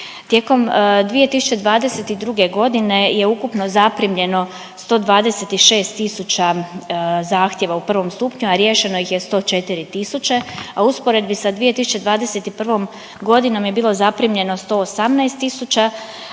Tijekom 2022. godine je ukupno zaprimljeno 126 tisuća zahtjeva u prvom stupnju, a riješeno ih je 104 tisuće, a u usporedbi sa 2021. godinom je bilo zaprimljeno 118